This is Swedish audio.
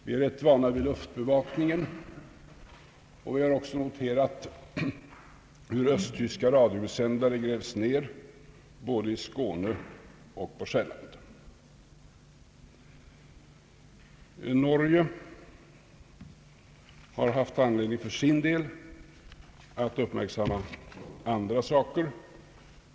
Vi är rätt vana vid luftbevakningen och har även noterat hur östtyska radiosändare grävs ner både i Skåne och på Själland. Norge har för sin del haft anledning att uppmärksamma andra företeelser.